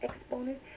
exponent